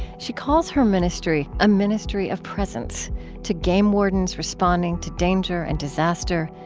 she calls her ministry a ministry of presence to game wardens responding to danger and disaster,